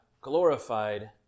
glorified